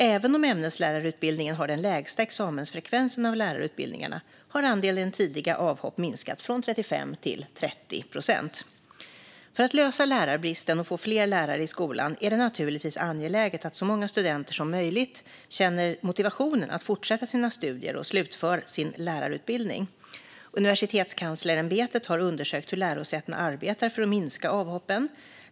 Även om ämneslärarutbildningen har den lägsta examensfrekvensen av lärarutbildningarna har andelen tidiga avhopp minskat från 35 till 30 procent. För att lösa lärarbristen och få fler lärare i skolan är det naturligtvis angeläget att så många studenter som möjligt känner motivation att fortsätta sina studier och slutföra sin lärarutbildning. Universitetskanslersämbetet har undersökt hur lärosätena arbetar för att minska avhoppen.